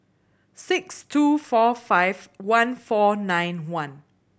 six two four five one four nine one